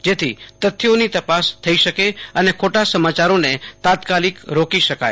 જેથી તથ્યોની તપાસ થઈ શકે અને ખોટા સમાચારોને તાત્કા લક રોકી શકાય